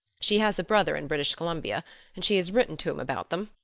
she has a brother in british columbia and she has written to him about them,